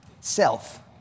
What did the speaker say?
self